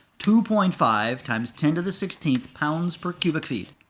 two point five times ten to the sixteenth pounds per cubic feet.